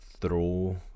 throw